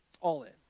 All-in